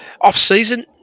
off-season